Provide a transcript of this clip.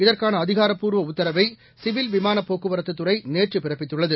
இதற்கான அதிகாரப்பூர்வ உத்தரவை சிவில் விமான போக்குவரத்து துறை நேற்று பிறப்பித்துள்ளது